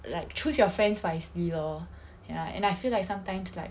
like choose your friends wisely lor ya and I feel like sometimes like